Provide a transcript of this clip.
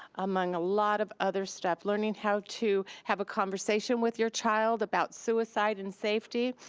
among a lot of other stuff, learning how to have a conversation with your child about suicide and safety,